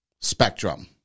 spectrum